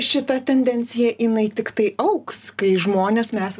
šita tendencija jinai tiktai augs kai žmonės mes